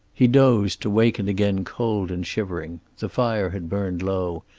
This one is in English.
he dozed, to waken again cold and shivering. the fire had burned low,